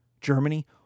Germany